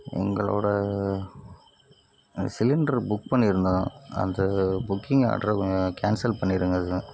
எங்களோடய cylinder book பண்ணிருந்தோம் அந்த புக்கிங் ஆடரை கேன்சல் பண்ணிருங்கள் அதை